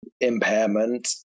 impairment